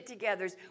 get-togethers